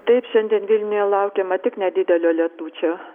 taip šiandien vilniuje laukiama tik nedidelio lietučio